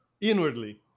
Inwardly